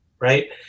right